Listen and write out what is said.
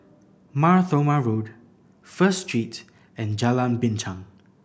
Mar Thoma Road First Street and Jalan Binchang